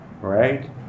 right